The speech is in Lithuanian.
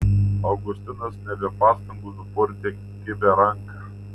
augustinas ne be pastangų nupurtė kibią ranką